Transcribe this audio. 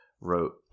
wrote